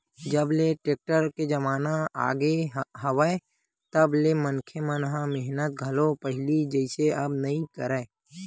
जब ले टेक्टर के जमाना आगे हवय तब ले मनखे मन ह मेहनत घलो पहिली जइसे अब नइ करय